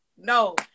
No